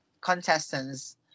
contestants